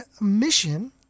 Mission